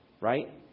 Right